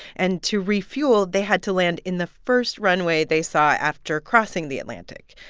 and to refuel, they had to land in the first runway they saw after crossing the atlantic.